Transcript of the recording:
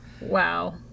Wow